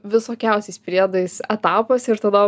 visokiausiais priedais etapas ir tada